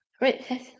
right